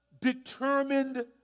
determined